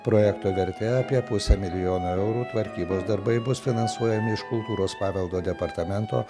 projekto vertė apie pusė milijono eurų tvarkybos darbai bus finansuojami iš kultūros paveldo departamento